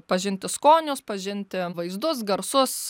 pažinti skonius pažinti vaizdus garsus